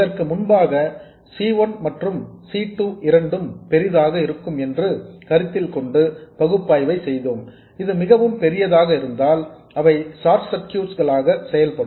இதற்கு முன்பாக C 1 மற்றும் C 2 இரண்டும் பெரியதாக இருக்கும் என்று கருத்தில் கொண்டு பகுப்பாய்வை செய்தோம் இது மிகவும் பெரியதாக இருந்தால் அவை ஷார்ட் சர்க்யூட்ஸ் களாக செயல்படும்